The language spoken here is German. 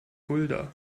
fulda